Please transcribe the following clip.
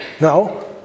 no